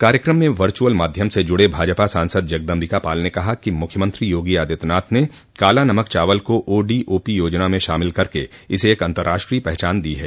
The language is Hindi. कार्यक्रम में वर्चुअल माध्यम से जुड़े भाजपा सांसद जगदम्बिकापाल ने कहा कि मुख्यमंत्री योगी आदित्यनाथ ने काला नमक चावल को ओडीओपी योजना में शामिल करके इसे एक अन्तर्राष्ट्रीय पहचान दी है